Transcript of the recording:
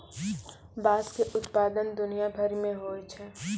बाँस के उत्पादन दुनिया भरि मे होय छै